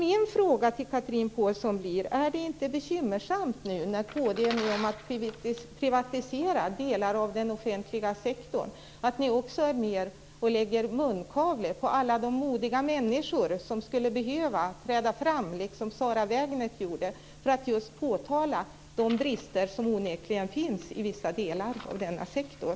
Min fråga till Chatrine Pålsson blir då: Är det inte bekymmersamt att när kristdemokraterna nu är med och privatiserar delar av den offentliga sektorn, är ni också med och sätter munkavle på alla modiga människor som, liksom Sara Wägnert, skulle behöva träda fram för att påtala de brister som finns i vissa delar av denna sektor?